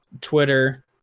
Twitter